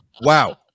Wow